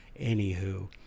Anywho